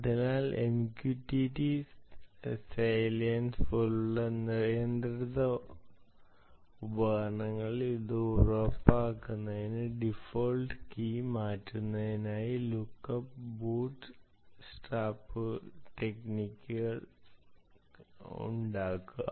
അതിനാൽ MQTT Sclients പോലുള്ള നിയന്ത്രിത ഉപകരണങ്ങളിൽ ഇത് ഉറപ്പാക്കുന്നതിന് ഡീഫോൾട് കീ മാറ്റുന്നതിനായി ലുക്ക്അപ്പ് ബൂട്ട് സ്ട്രാപ്പിംഗ് ടെക്നിക്കുകൾ ചെയ്യുക